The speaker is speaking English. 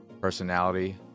personality